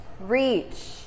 reach